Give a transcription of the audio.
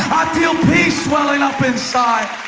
feel peace welling up inside.